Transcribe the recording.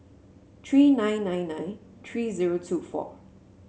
three nine nine nine three zero two four